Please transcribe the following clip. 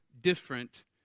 Different